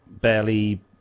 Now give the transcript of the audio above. barely